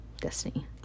Destiny